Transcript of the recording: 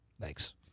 Thanks